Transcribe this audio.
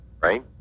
right